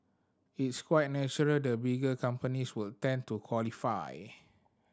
it's quite natural the bigger companies would tend to qualify